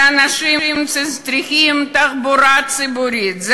אלה אנשים שצריכים תחבורה ציבורית,